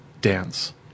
dance